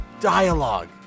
dialogue